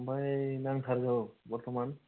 आमफाय नांथारगौ बरथमान